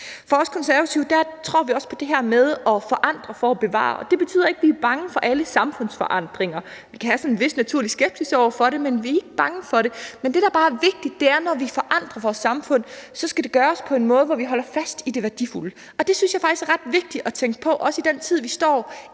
Vi Konservative tror også på det her med at forandre for at bevare, og det betyder ikke, at vi er bange for alle samfundsforandringer. Vi kan have sådan en vis naturlig skepsis over for det, men vi er ikke bange for det. Men det, der bare er vigtigt, er, at når vi forandrer vores samfund, skal det gøres på en måde, hvor vi holder fast i det værdifulde. Og det synes jeg faktisk er ret vigtigt at tænke på, også i den tid, vi står i